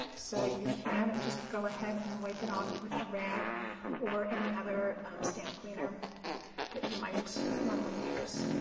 so you can just go ahead and wipe it off with a rag or any other stamp cleaner that you might normally use.